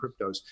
cryptos